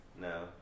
No